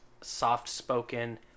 soft-spoken